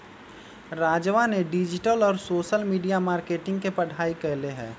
राजवा ने डिजिटल और सोशल मीडिया मार्केटिंग के पढ़ाई कईले है